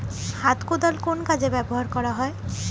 হাত কোদাল কোন কাজে ব্যবহার করা হয়?